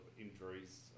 injuries